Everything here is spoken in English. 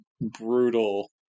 brutal